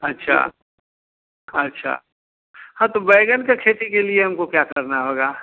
अच्छा अच्छा हाँ तो बैंगन की खेती के लिए हमको क्या करना होगा